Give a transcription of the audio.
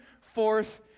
forth